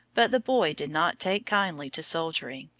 but the boy did not take kindly to soldiering,